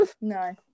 No